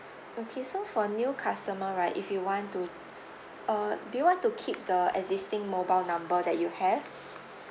okay so for new customer right if you want to uh do you want to keep the existing mobile number that you have